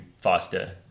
faster